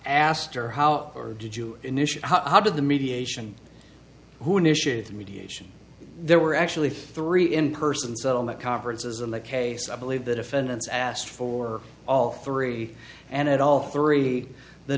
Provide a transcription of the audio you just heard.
asked her how did you initiate how did the mediation who initiated the mediation there were actually three in person settlement conferences in the case i believe that offense asked for all three and at all three the